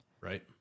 Right